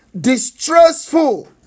distressful